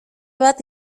bat